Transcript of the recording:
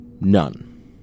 None